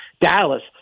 Dallas